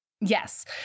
Yes